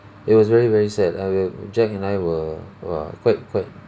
it was very very sad I will jack and I were !wah! quite quite